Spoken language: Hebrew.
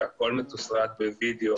והכול מתוסרט בווידאו